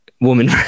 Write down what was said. woman